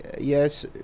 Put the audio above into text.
yes